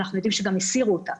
אבל אנחנו יודעים שגם הסירו אותה.